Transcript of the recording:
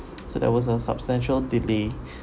so there was a substantial delayed